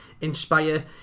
Inspire